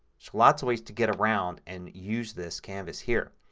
so lots of ways to get around and use this canvas here.